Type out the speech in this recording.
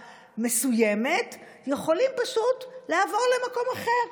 מסוימת יכולים פשוט לעבור למקום אחר,